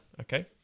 Okay